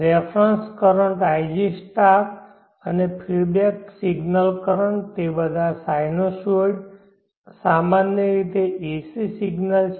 reference current ig અને feedback signal current તે બધા સાઇનસોઇડ્સ સામાન્ય રીતે એસી સિગ્નલ છે